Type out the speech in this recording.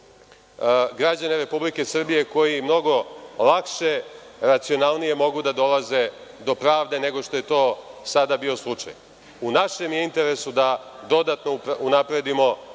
građane Republike Srbije koji mnogo lakše, racionalnije mogu da dolaze do pravde nego što je to sada bio slučaj. U našem je interesu da dodatno unapredimo